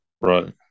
Right